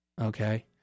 okay